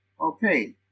okay